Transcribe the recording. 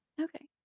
Okay